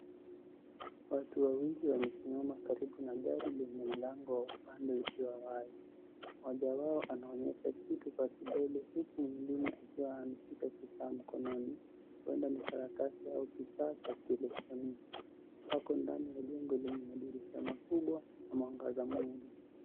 Watu wawili wamesimama karibu na gari lenye mlango wa upande ukiwa wazi. Mmoja wao anaonyesha kitu kwa kidole huku mwingine akiwa ameshika kifaa mkononi huenda ni karatasi au kifaa cha kielektroniki. Wako ndani ya jengo lenye madirisha makubwa na mwangaza mwingi.